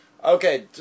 Okay